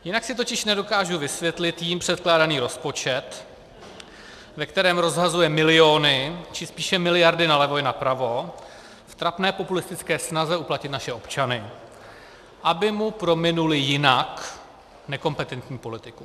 Jinak si totiž nedokážu vysvětlit jím předkládaný rozpočet, ve kterém rozhazuje miliony, či spíše miliardy, nalevo i napravo v trapné populistické snaze uplatit naše občany, aby mu prominuli jinak nekompetentní politiku.